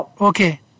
Okay